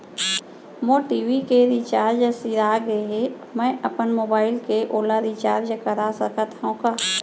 मोर TV के recharge सिरा गे हे, मैं अपन मोबाइल ले ओला रिचार्ज करा सकथव का?